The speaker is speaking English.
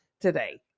today